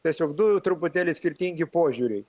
tiesiog du truputėlį skirtingi požiūriai